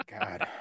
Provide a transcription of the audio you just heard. God